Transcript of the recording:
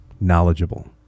knowledgeable